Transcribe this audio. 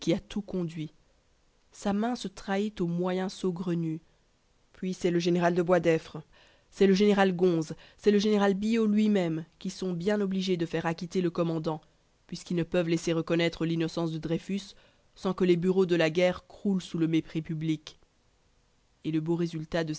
tout conduit sa main se trahit aux moyens saugrenus puis c'est le général de boisdeffre c'est le général gonse c'est le général billot lui-même qui sont bien obligés de faire acquitter le commandant puisqu'ils ne peuvent laisser reconnaître l'innocence de dreyfus sans que les bureaux de la guerre croulent dans le mépris public et le beau résultat de